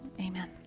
Amen